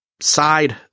side